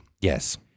Yes